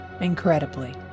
incredibly